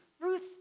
Ruth